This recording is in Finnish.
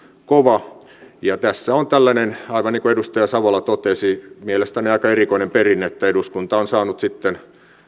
kova tässä on tällainen aivan niin kuin edustaja savola totesi mielestäni aika erikoinen perinne että eduskunta on saanut sitten